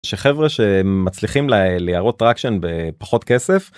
שחברה שמצליחים להראות traction בפחות כסף.